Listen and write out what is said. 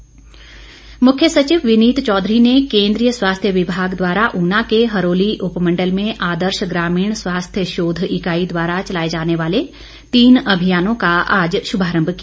विनीत चौधरी मुख्य सचिव विनीत चौधरी ने केन्द्रीय स्वास्थ्य विभाग द्वारा ऊना के हरोली उपमंडल में आदर्श ग्रामीण स्वास्थ्य शोध इकाई द्वारा चलाए जाने वाले तीन अभियानों का आज शुभारंभ किया